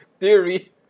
theory